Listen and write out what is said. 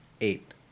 Eight